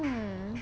hmm